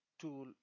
tool